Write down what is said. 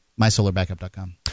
MySolarBackup.com